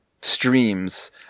streams